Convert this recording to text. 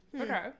Okay